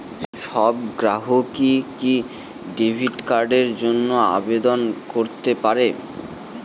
সব গ্রাহকই কি ডেবিট কার্ডের জন্য আবেদন করতে পারে?